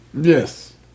Yes